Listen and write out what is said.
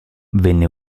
venne